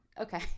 Okay